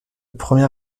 premier